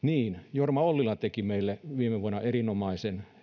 jorma ollila teki meille viime vuonna erinomaisen